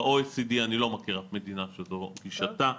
ב-OECD אני לא מכיר אף מדינה שזו גישתה.